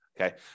Okay